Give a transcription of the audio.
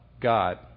God